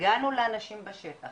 הגענו לאנשים בשטח,